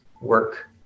work